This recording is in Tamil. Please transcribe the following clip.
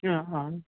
ஆ ஆ